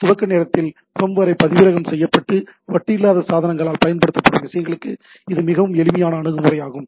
துவக்க நேரத்தில் ஃபார்ம்வேரை பதிவிறக்கம் செய்ய வட்டு இல்லாத சாதனங்களால் பயன்படுத்தப்படும் விஷயங்களுக்கு இது மிகவும் எளிமையான அணுகுமுறையாகும்